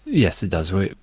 yes, it does work.